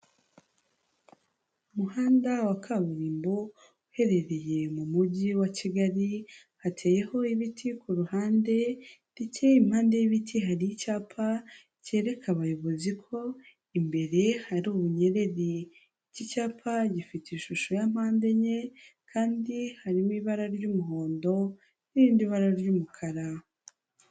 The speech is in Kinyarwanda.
Umuhanda wa kaburimbo uherereye mu mujyi wa Kigali, hateyeho ibiti ku ruhande, ndetse impande y'ibiti hari icyapa cyereka abayobozi ko imbere hari ubunyereri, iki cyapa gifite ishusho ya mpande enye kandi harimo ibara ry'umuhondo n'irindi bara ry'umukara.